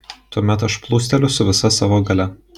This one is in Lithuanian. tuomet aš plūsteliu su visa savo galia